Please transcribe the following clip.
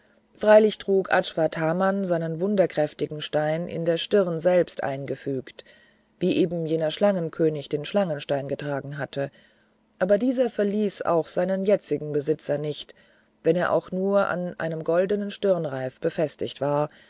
freilich trug avatthaman seinen wunderkräftigen stein in die stirn selbst hineingefügt wie eben jener schlangenkönig den schlangenstein getragen hatte aber dieser verließ auch seinen jetzigen besitzer nicht wenn er auch nur an einem goldenen stirnreifen befestigt war